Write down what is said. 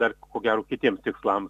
dar ko gero kitiems tikslams